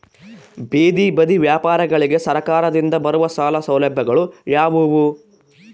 ಬೇದಿ ಬದಿ ವ್ಯಾಪಾರಗಳಿಗೆ ಸರಕಾರದಿಂದ ಬರುವ ಸಾಲ ಸೌಲಭ್ಯಗಳು ಯಾವುವು?